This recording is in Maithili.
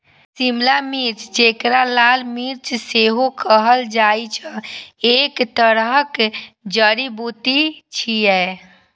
शिमला मिर्च, जेकरा लाल मिर्च सेहो कहल जाइ छै, एक तरहक जड़ी बूटी छियै